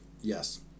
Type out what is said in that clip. Yes